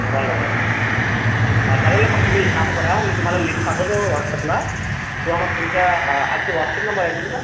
बरं बरं हां चालेल ना मग तुम्ही एक काम करा मी तुम्हाला लिस्ट पाठवतो व्हॉट्सअपला किंवा मग तुमच्या हाच व्हॉट्सअप नंबर आहे तुमचा